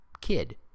kid